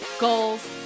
goals